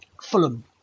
Fulham